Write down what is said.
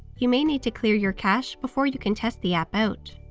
you may need to clear your cache before you can test the app out.